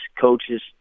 coaches